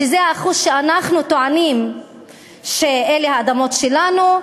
שזה האחוז שאנחנו טוענים שהוא האדמות שלנו,